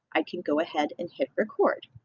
i can go ahead and hit record.